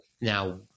now